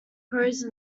prose